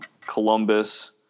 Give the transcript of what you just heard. Columbus